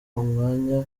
umwanya